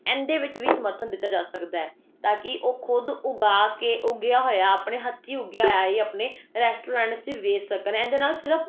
ਐਨ ਦੇ ਵਿੱਚ ਵੀ ਸਮਰਥ ਦਿੱਤਾ ਜਾ ਸਕਦਾ ਹੈ ਤਾਂ ਕਿ ਉਹ ਖੁਦ ਉਗਾ ਕੇ ਉਗਿਆ ਹੋਇਆ ਆਉਣੇ ਹੱਥੀਂ ਉਗਿਆ ਹੋਇਆ ਹੀ ਆਪਣੇ ਰੈਸਟੋਰੈਂਟ 'ਚ ਵੇਚ ਸਕਣ ਐਨ ਦੇ ਨਾਲ ਸਿਰਫ਼